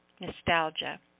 nostalgia